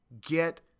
get